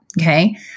okay